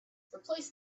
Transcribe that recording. replace